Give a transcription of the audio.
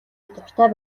дуртай